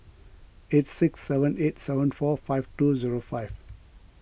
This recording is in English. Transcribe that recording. eight six seven eight seven four five two zero five